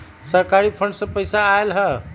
सरकारी फंड से पईसा आयल ह?